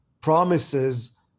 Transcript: promises